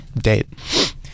date